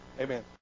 Amen